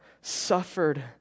suffered